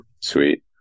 sweet